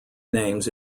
names